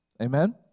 amen